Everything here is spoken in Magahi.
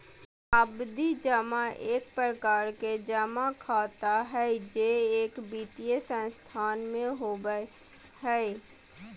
सावधि जमा एक प्रकार के जमा खाता हय जे एक वित्तीय संस्थान में होबय हय